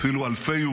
ואפילו אלפי,